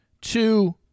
Two